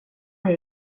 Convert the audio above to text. det